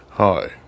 Hi